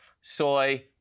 Soy